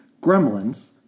Gremlins